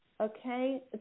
Okay